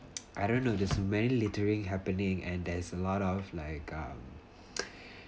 I don't know there's many littering happening and there's a lot of like um